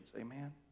Amen